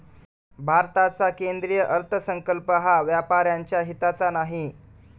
भारताचा केंद्रीय अर्थसंकल्प हा व्यापाऱ्यांच्या हिताचा नाही